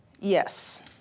Yes